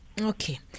Okay